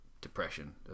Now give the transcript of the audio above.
depression